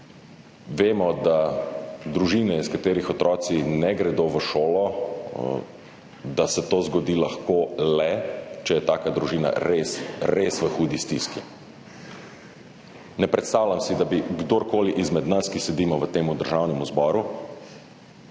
Vemo, da se v družinah, v katerih otroci ne gredo v šolo, to lahko zgodi le, če je taka družina v res, res hudi stiski. Ne predstavljam si, da bi kdorkoli izmed nas, ki sedimo v Državnemu zboru,